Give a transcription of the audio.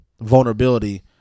Vulnerability